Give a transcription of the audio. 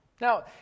Now